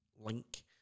link